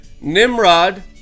Nimrod